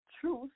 truth